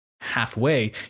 halfway